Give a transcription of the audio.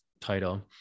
title